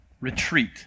retreat